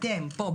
אתם פה,